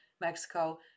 Mexico